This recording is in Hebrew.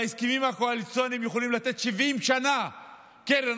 בהסכמים הקואליציוניים יכולים לתת 70 שנה קרן